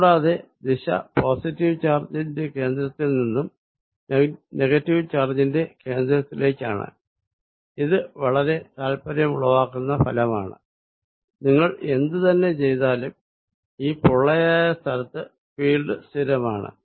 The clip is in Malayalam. കൂടാതെ ദിശ പോസിറ്റീവ് ചാർജിന്റെ കേന്ദ്രത്തിൽ നിന്നും നെഗറ്റീവ് ചാർജിന്റെ കേന്ദ്രത്തിലേക്കാണ് ഇത് വളരെ താല്പര്യമുളവാക്കുന്ന ഫലമാണ് നിങ്ങൾ എന്ത് തന്നെ ചെയ്താലും ഈ പൊള്ളയായ ഭാഗത്ത് ഫീൽഡ് സ്ഥിരമാണ്